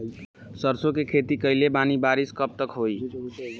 सरसों के खेती कईले बानी बारिश कब तक होई?